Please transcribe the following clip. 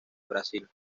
brasil